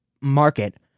market